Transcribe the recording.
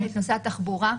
נושא התחבורה,